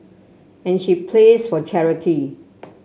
and she plays for charity